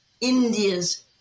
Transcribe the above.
India's